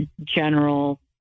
general